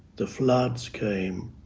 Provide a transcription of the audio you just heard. the floods came,